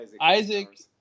Isaac